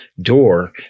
door